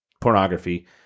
pornography